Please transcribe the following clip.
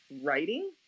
writing